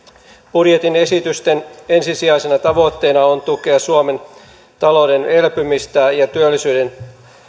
budjetin esitysten ensisijaisena tavoitteena on tukea suomen talouden elpymistä ja työllisyyden